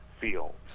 fields